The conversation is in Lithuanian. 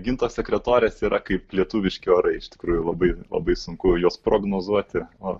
ginto sekretorės yra kaip lietuviški orai iš tikrųjų labai labai sunku juos prognozuoti o